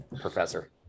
Professor